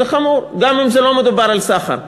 גם אם לא מדובר בסחר,